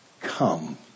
Come